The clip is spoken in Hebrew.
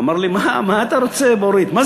אמר לי, מה, מה אתה רוצה, בורית?